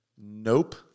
nope